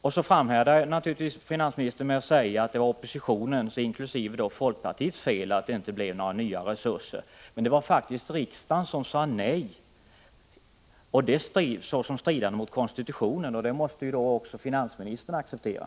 Vilka finansiella åtgärder avser finansministern att rikta mot kommunerna och kommer dessa att skräddarsys, så att de träffar kommuner som genom rationaliseringsåtgärder får utrymme för skattesänkningar fastän skatteunderlag, likviditet och landsting?